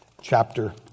chapter